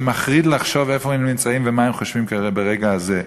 שמחריד לחשוב איפה הם נמצאים ומה הם חושבים ברגע הזה,